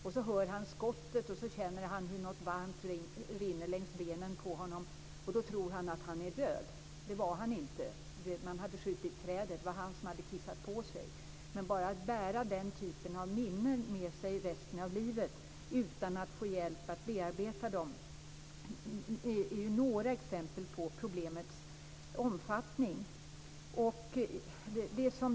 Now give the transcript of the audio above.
När han hör skottet känner han hur något varmt rinner längs benen på honom. Han tror då att han är död. Det var han inte. Man hade skjutit i trädet, och han hade kissat på sig. Att bära den typen av minnen med sig resten av livet utan att få hjälp att bearbeta dem är några exempel på problemets omfattning.